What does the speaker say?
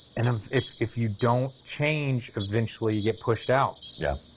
and um if if you don't change eventually you get pushed out, yeah,